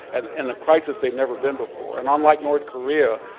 and and a crisis they've never been before. and unlike north korea,